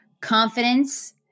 confidence